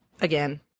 again